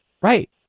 right